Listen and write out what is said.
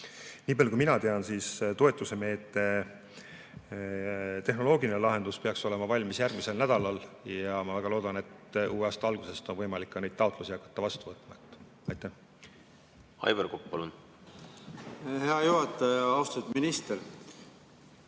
nii palju kui mina tean, see toetusmeetme tehnoloogiline lahendus peaks olema valmis järgmisel nädalal ja ma väga loodan, et uue aasta algusest on võimalik ka neid taotlusi hakata vastu võtma. Aivar Kokk, palun! Aivar Kokk, palun! Hea juhataja! Austatud minister!